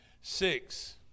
Six